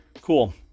cool